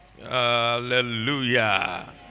Hallelujah